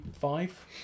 five